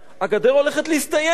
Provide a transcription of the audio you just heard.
הגדר הולכת להסתיים,